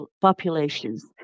populations